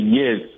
yes